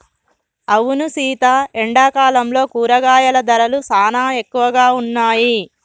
అవును సీత ఎండాకాలంలో కూరగాయల ధరలు సానా ఎక్కువగా ఉన్నాయి